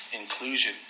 inclusion